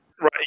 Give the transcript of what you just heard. Right